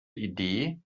idee